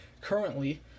currently